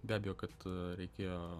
be abejo kad reikėjo